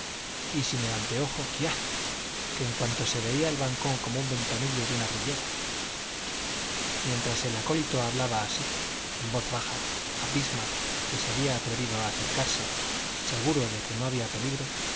y sin el anteojo quiá en cuanto se veía el balcón como un ventanillo de una grillera mientras el acólito hablaba así en voz baja a bismarck que se había atrevido a acercarse seguro de que no había peligro